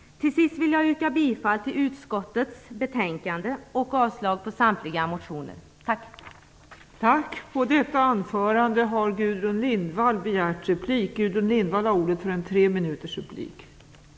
Till sist vill jag yrka bifall till utskottets hemställan och avslag på samtliga motioner. Tack!